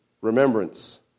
remembrance